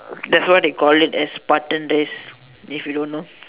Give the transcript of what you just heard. that's why they call it as Spartan race if you don't know